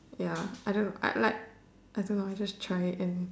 ya I don't know I like I don't know I just try it and